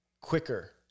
quicker